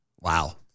wow